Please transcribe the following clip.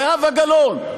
זהבה גלאון,